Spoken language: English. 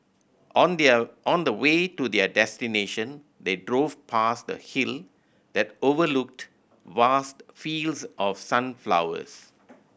on their on the way to their destination they drove past a hill that overlooked vast fields of sunflowers